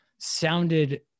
sounded